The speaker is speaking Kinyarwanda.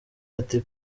ati